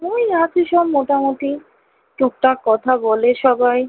ওই আছি সব মোটামুটি টুকটাক কথা বলে সবাই